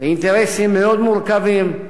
אינטרסים מאוד מורכבים.